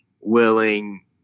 willing